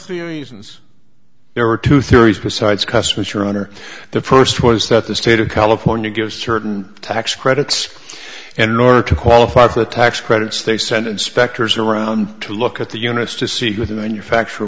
engines there are two theories besides customs your honor the first one is that the state of california gives certain tax credits and in order to qualify for tax credits they send inspectors around to look at the units to see what in the new factu